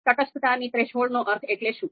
તટસ્થતાની થ્રેશોલ્ડનો અર્થ એટલે શું